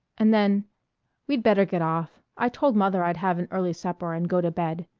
and then we'd better get off. i told mother i'd have an early supper and go to bed.